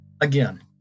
Again